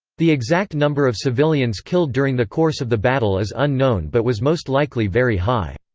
the exact number of civilians killed during the course of the battle is unknown but was most likely very high.